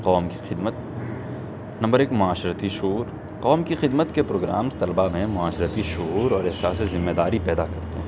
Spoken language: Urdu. قوم کی خدمت نمبر ایک معاشرتی شعور قوم کی خدمت کے پروگرامس طلبہ میں معاشرتی شعور اور احساس ذمہ داری پیدا کرتے ہیں